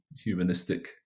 humanistic